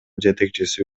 жетекчиси